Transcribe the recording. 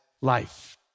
life